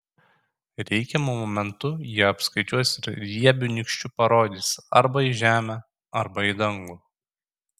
reikiamu momentu jie apskaičiuos ir riebiu nykščiu parodys arba į žemę arba į dangų